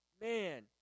man